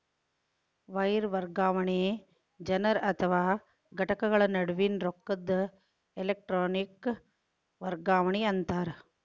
wire ವರ್ಗಾವಣೆ ಜನರ ಅಥವಾ ಘಟಕಗಳ ನಡುವಿನ್ ರೊಕ್ಕದ್ ಎಲೆಟ್ರೋನಿಕ್ ವರ್ಗಾವಣಿ ಅಂತಾರ